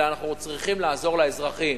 אלא אנחנו צריכים לעזור לאזרחים.